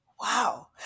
Wow